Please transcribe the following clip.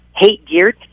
hate-geared